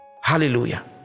Hallelujah